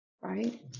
right